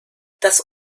das